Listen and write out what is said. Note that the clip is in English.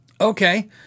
Okay